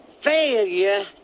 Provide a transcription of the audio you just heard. Failure